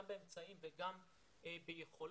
גם באמצעים וגם ביכולות,